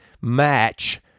match